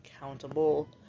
accountable